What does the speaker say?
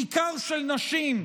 בעיקר של נשים,